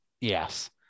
Yes